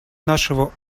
нашего